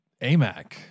Amac